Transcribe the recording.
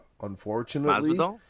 Unfortunately